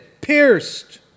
pierced